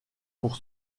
pour